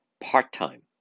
part-time